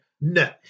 No